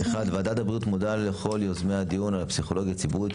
1. ועדת הבריאות מודה לכל יוזמי הדיון על הפסיכולוגיה הציבורית,